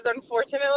unfortunately